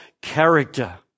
character